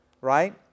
right